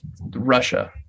Russia